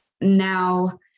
now